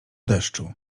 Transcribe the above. deszczu